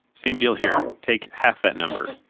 same deal here, take half that number.